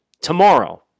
tomorrow